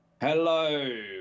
Hello